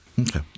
Okay